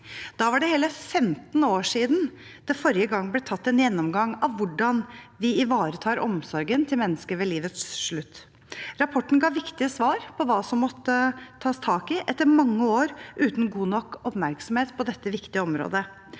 Da var det hele 15 år siden det forrige gang ble tatt en gjennomgang av hvordan vi ivaretar omsorgen til mennesker ved livets slutt. Rapporten ga viktige svar på hva som måtte tas tak i, etter mange år uten god nok oppmerksomhet på dette viktige området.